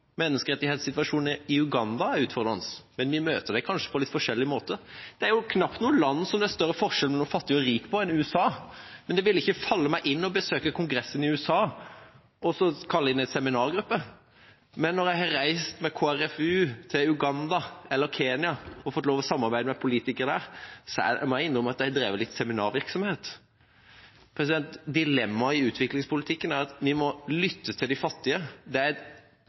menneskerettighetssituasjonen i Uganda er utfordrende, men vi møter dem kanskje på litt forskjellige måter. Det er jo knapt noe land hvor det er større forskjell mellom fattig og rik enn i USA. Men det ville ikke falle meg inn å besøke Kongressen i USA og kalle inn en seminargruppe. Men når jeg har reist med KrFU til Uganda eller Kenya og fått lov å samarbeide med politikere der, må jeg innrømme at jeg har drevet litt seminarvirksomhet. Dilemmaet i utviklingspolitikken er at vi må lytte til de fattige. Som jeg nevnte i stad: Afrika er